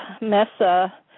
mesa